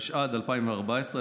התשע"ד 2014,